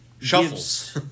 shuffles